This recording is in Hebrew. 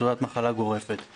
תודה רבה, ההסתייגות לא התקבלה.